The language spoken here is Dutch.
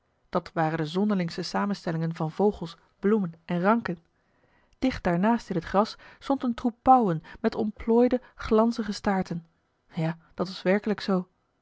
dat waren de zonderlingste samenstellingen van vogels bloemen en ranken dicht daarnaast in het gras stond een troep pauwen met ontplooide glanzige staarten ja dat was werkelijk zoo